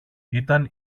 ήταν